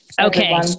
Okay